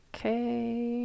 Okay